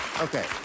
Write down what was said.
Okay